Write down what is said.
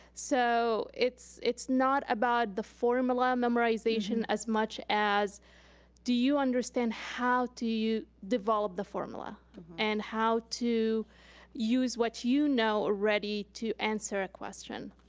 so it's it's not about the formula memorization as much as do you understand how to develop the formula and how to use what you know already to answer a question.